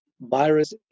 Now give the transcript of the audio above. virus